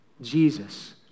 Jesus